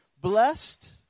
Blessed